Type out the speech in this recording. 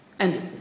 Ended